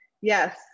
yes